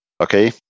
Okay